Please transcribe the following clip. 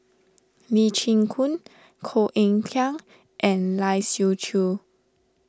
Lee Chin Koon Koh Eng Kian and Lai Siu Chiu